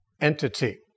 entity